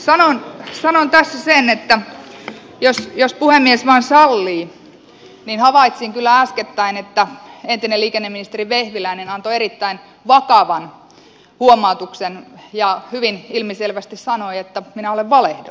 sanon tässä sen jos puhemies vain sallii että havaitsin kyllä äskettäin että entinen liikenneministeri vehviläinen antoi erittäin vakavan huomautuksen ja hyvin ilmiselvästi sanoi että minä olen valehdellut eduskunnalle